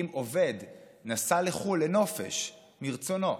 אם עובד נסע לחו"ל, לנופש, מרצונו,